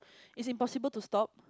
it's impossible to stop